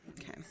Okay